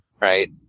Right